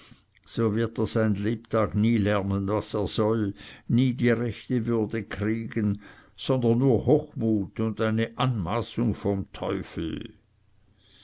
so wird er sein lebtag nie lernen was er soll nie die rechte würde kriegen sondern nur hochmut und eine anmaßung vom teufel